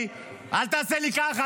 --- אל תעשה לי ככה,